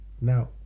now